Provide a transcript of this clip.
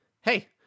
Hey